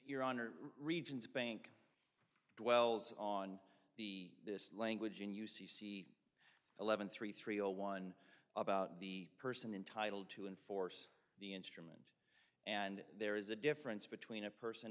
your honor regions bank dwells on the this language in jusice eleven three three zero one about the person entitle to enforce the instrument and there is a difference between a person